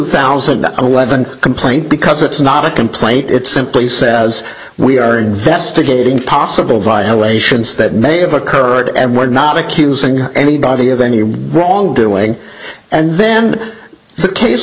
thousand and eleven complaint because it's not a complaint it simply says we are investigating possible violations that may have occurred and we're not accusing anybody of any wrongdoing and then the case